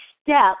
step